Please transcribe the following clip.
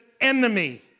enemy